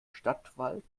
stadtwald